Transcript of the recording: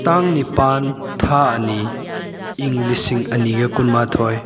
ꯇꯥꯡ ꯅꯤꯄꯥꯜ ꯊꯥ ꯑꯅꯤ ꯏꯪ ꯂꯤꯁꯤꯡ ꯑꯅꯤꯒ ꯀꯨꯟꯃꯥꯊꯣꯏ